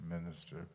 minister